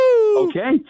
Okay